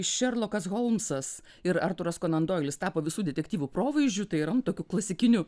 šerlokas holmsas ir artūras konandoilis tapo visų detektyvų provaizdžiu tai yra nu tokiu klasikiniu